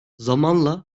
zamanla